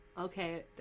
Okay